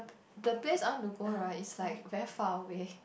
the place I want to go right is like very faraway